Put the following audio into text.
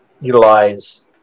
utilize